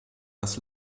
das